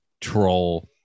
troll